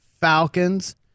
Falcons